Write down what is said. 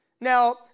Now